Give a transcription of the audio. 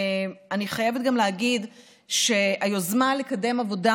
אני חייבת גם להגיד שהיוזמה לקדם עבודה